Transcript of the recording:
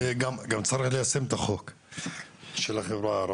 גם צריך ליישם את החוק של החברה הערבית.